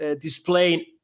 displaying